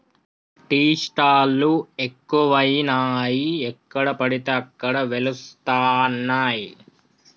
tea stall లు ఎక్కువయినాయి ఎక్కడ పడితే అక్కడ వెలుస్తానయ్